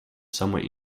somewhere